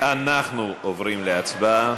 אנחנו עוברים להצבעה.